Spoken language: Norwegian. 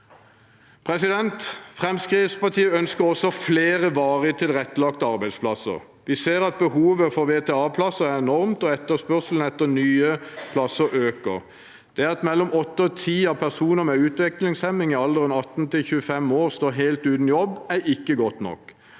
Fremskrittspartiet ønsker også flere varig tilrettelagte arbeidsplasser. Vi ser at behovet for VTA-plasser er enormt, og etterspørselen etter nye plasser øker. Det at åtte av ti personer med utviklingshemming i alderen 18 til 25 må stå helt uten jobb, er ikke godt nok.